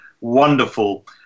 wonderful